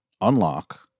Unlock